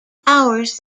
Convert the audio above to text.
hours